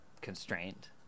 constraint